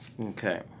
Okay